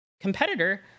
competitor